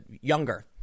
younger